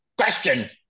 question